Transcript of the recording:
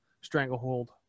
stranglehold